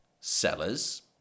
sellers